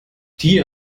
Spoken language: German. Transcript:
die